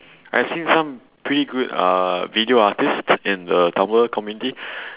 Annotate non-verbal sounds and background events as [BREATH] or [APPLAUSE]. I've seen some pretty good uh video artist in the tumblr community [BREATH]